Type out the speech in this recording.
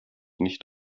nicht